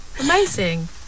amazing